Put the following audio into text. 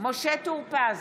משה טור פז,